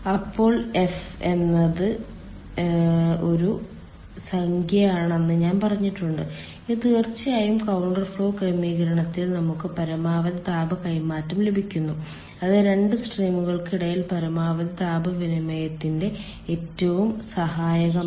അപ്പോൾ F F എന്നത് F എന്നത് ഒരു സംഖ്യയാണെന്ന് ഞാൻ പറഞ്ഞിട്ടുണ്ട് ഇത് തീർച്ചയായും കൌണ്ടർ ഫ്ലോ ക്രമീകരണത്തിൽ നമുക്ക് പരമാവധി താപ കൈമാറ്റം ലഭിക്കുന്നു അത് 2 സ്ട്രീമുകൾക്കിടയിൽ പരമാവധി താപ വിനിമയത്തിന് ഏറ്റവും സഹായകമാണ്